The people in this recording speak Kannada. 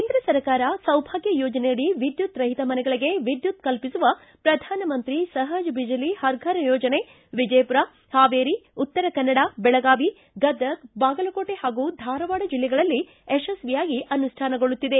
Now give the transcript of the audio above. ಕೇಂದ್ರ ಸರ್ಕಾರ ಸೌಭಾಗ್ಯ ಯೋಜನೆಯಡಿ ವಿದ್ಯುತ್ ರಹಿತ ಮನೆಗಳಿಗೆ ವಿದ್ಯುತ್ ಕಲ್ಪಿಸುವ ಪ್ರಧಾನಮಂತ್ರಿ ಸಹಜ ಬಿಜಲಿ ಪರ್ ಫರ್ ಯೋಜನೆ ವಿಜಯಪುರ ಪಾವೇರಿ ಉತ್ತರಕನ್ನಡ ಬೆಳಗಾವಿ ಗದಗ್ ಬಾಗಲಕೋಟೆ ಹಾಗೂ ಧಾರವಾಡ ಜಿಲ್ಲೆಗಳಲ್ಲಿ ಯಶಸ್ವಿಯಾಗಿ ಅನುಷ್ಯಾನಗೊಳ್ಳುತ್ತಿದೆ